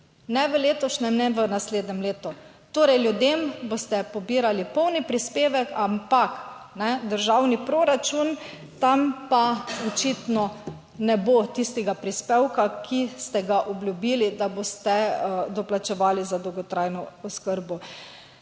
ne v letošnjem, ne v naslednjem letu, torej ljudem boste pobirali polni prispevek, ampak državni proračun tam pa očitno ne bo tistega prispevka, ki ste ga obljubili, da boste doplačevali za dolgotrajno oskrbo.